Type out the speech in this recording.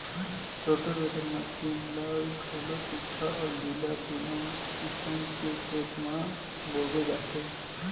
rotavator machine ल घलो सुख्खा अउ गिल्ला दूनो किसम के खेत म बउरे जाथे